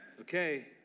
Okay